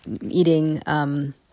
eating